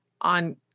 on